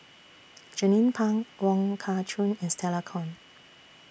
Jernnine Pang Wong Kah Chun and Stella Kon